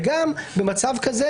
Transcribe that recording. וגם במצב כזה,